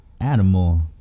animal